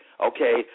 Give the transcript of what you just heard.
Okay